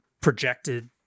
projected